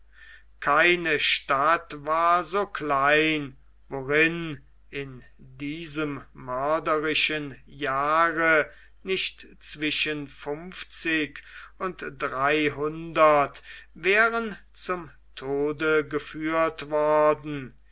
keine stadt war so klein worin in diesem mörderischen jahre nicht zwischen fünfzig und dreihundert wären zum tode geführt worden